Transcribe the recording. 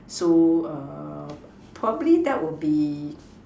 so err probably that will be